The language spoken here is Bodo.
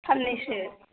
साननैसो